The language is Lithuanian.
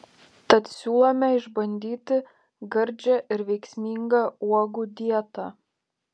tad siūlome išbandyti gardžią ir veiksmingą uogų dietą